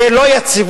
זה לא יציבות,